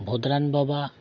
ᱵᱷᱚᱫᱨᱟᱱ ᱵᱟᱵᱟ